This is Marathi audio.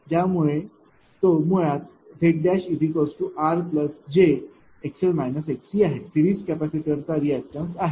त्यामुळे तो मुळात Zrjआहे सिरीज कपॅसिटरचा रिअॅक्टन्टेस आहे